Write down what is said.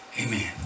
amen